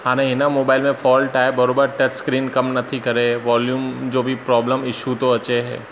हाणे हिन मोबाइल में फॉल्ट आहे बराबरि टच स्क्रीन कमु नथी करे वॉल्युम जो बि प्रॉब्लम इशू थो अचे